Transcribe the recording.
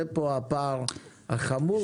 זה פה הפער החמור,